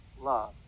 love